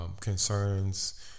concerns